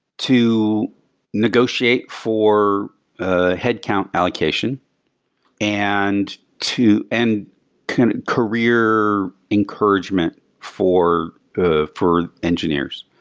to negotiate for ah headcount allocation and to and kind of career encouragement for ah for engineers.